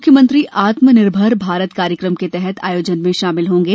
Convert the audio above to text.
मुख्यमंत्री आत्मनिर्भर भारत कार्यक्रम के तहत आयोजन में शामिल होंगे